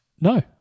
No